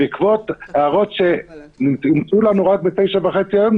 בעקבות ההערות שניתנו לנו רק ב-09:30 היום,